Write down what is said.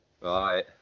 Right